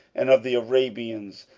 and of the arabians,